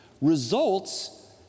Results